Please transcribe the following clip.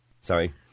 sorry